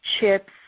chips